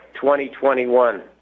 2021